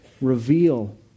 reveal